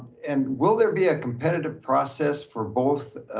and will there be a competitive process for both,